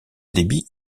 débit